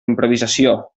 improvisació